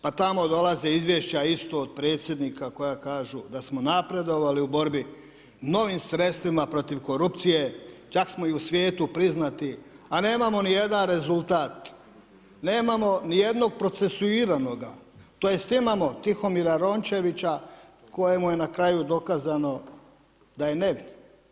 Pa tamo dolaze izvješća isto od predsjednika koja kažu da smo napredovali u borbi novim sredstvima protiv korupcije, čak smo i u svijetu priznati, a nemamo niti jedan rezultat, nemamo ni jednog procesuiranoga tj. imamo, Tihomira Rončevića kojemu je na kraju dokazano da je nevin.